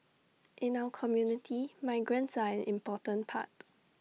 in our community migrants are an important part